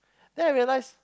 then I realized